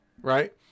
right